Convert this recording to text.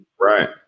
Right